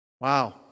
Wow